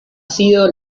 sido